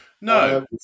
No